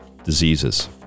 diseases